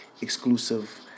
exclusive